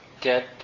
get